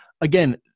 again